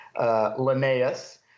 Linnaeus